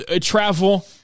travel